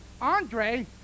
Andre